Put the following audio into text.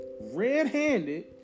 red-handed